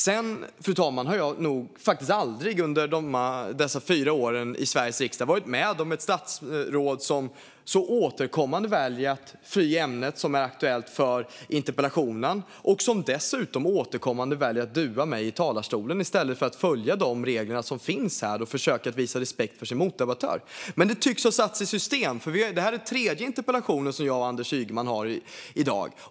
Sedan, fru talman, har jag nog faktiskt aldrig under mina fyra år i Sveriges riksdag varit med om ett statsråd som så återkommande väljer att fly ämnet som är aktuellt för interpellationsdebatten, och som dessutom återkommande väljer att dua mig i talarstolen i stället för att följa de regler som finns här och försöka visa respekt för sin motdebattör. Men det tycks ha satts i system. Det här är den tredje interpellationsdebatten som jag och Anders Ygeman har i dag.